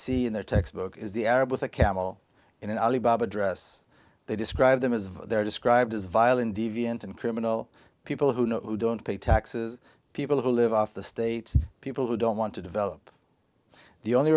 see their textbook is the arab with a camel in alibaba dress they describe them as they are described as violent deviant and criminal people who don't pay taxes people who live off the state people who don't want to develop the only